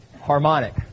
harmonic